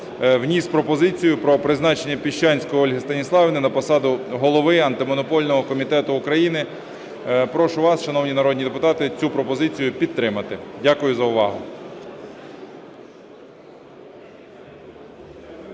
вніс пропозицію про призначення Піщанської Ольги Станіславівни на посаду Голови Антимонопольного комітету України. Прошу вас, шановні народні депутати, цю пропозицію підтримати. Дякую за увагу.